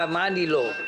מה אני לא.